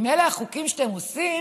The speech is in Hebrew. אם אלה החוקים שאתם עושים,